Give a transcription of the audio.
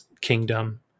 Kingdom